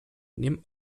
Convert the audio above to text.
nimm